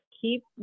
keep